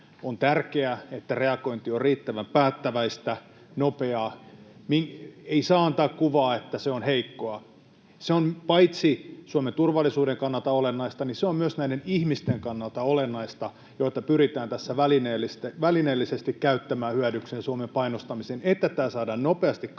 on tärkeää, että reagointi on riittävän päättäväistä, nopeaa. Ei saa antaa kuvaa, että se on heikkoa. Se on paitsi Suomen turvallisuuden kannalta olennaista, niin se on myös näiden ihmisten, joita pyritään tässä välineellisesti käyttämään hyödyksi Suomen painostamiseen, kannalta olennaista, että tämä saadaan nopeasti katki,